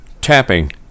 tapping